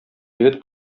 егет